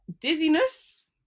dizziness